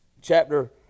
Chapter